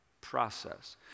process